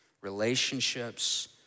Relationships